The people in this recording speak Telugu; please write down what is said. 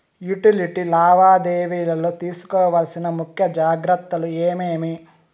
యుటిలిటీ లావాదేవీల లో తీసుకోవాల్సిన ముఖ్య జాగ్రత్తలు ఏమేమి?